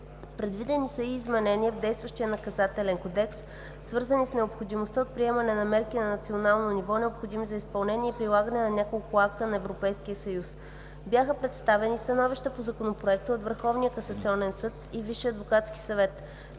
Предвидени са и изменения в действащия Наказателен кодекс, свързани с необходимостта от приемане на мерки на национално ниво, необходими за изпълнение и прилагане на няколко акта на Европейския съюз. Бяха представени становища по Законопроекта от Върховния